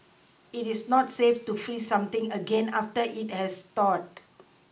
it is not safe to freeze something again after it has thawed